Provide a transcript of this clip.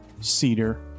cedar